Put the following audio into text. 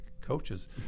coaches